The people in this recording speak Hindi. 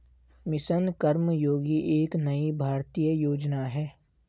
मिशन कर्मयोगी एक नई भारतीय योजना है